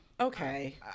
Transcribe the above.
Okay